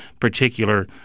particular